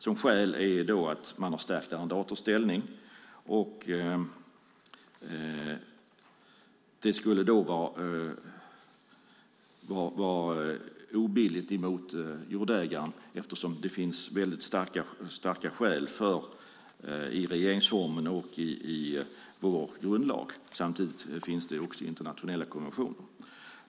Som skäl anförs att man har stärkt arrendators ställning, och det skulle då vara obilligt mot jordägaren eftersom det finns starka skäl för detta i vår grundlag och i internationella konventioner.